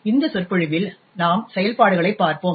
இந்த சொற்பொழிவில் நாம் செயல்பாடுகளைப் பார்ப்போம்